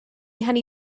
hynny